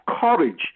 courage